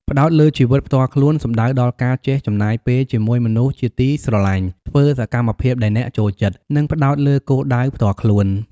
ផ្តោតលើជីវិតផ្ទាល់ខ្លួន សំដៅដល់ការចេះចំណាយពេលជាមួយមនុស្សជាទីស្រឡាញ់ ធ្វើសកម្មភាពដែលអ្នកចូលចិត្ត និងផ្តោតលើគោលដៅផ្ទាល់ខ្លួន។